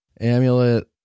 Amulet